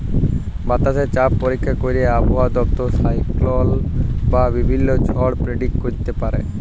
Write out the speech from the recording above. বাতাসে চাপ পরীক্ষা ক্যইরে আবহাওয়া দপ্তর সাইক্লল বা বিভিল্ল্য ঝড় পের্ডিক্ট ক্যইরতে পারে